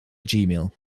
gmail